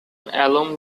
along